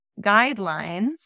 guidelines